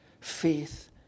Faith